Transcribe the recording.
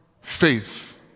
faith